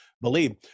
believe